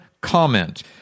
comment